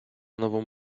nową